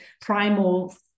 primal